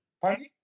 pardon